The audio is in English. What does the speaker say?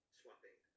swapping